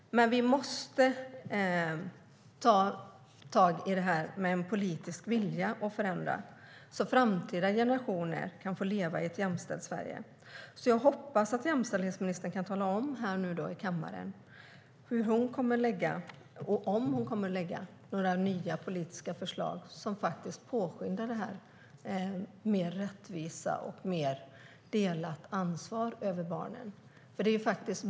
Men vi måste ta tag i detta med en politisk vilja att förändra, så att framtida generationer kan få leva i ett jämställt Sverige. Jag hoppas därför att jämställdhetsministern nu kan tala om här i kammaren om hon kommer att lägga fram några nya politiska förslag som faktiskt påskyndar detta, så att det blir ett mer rättvist och mer delat ansvar för barnen.